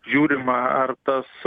žiūrima ar tas